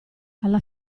alla